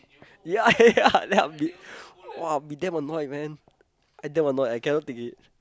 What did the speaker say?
ya ya ya then I be damn annoyed man I damn annoyed I cannot take it